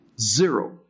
Zero